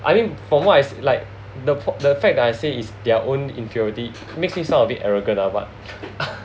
I mean from what I see like the the fact that I said is their own inferiority makes me sound a bit arrogant lah but